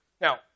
Now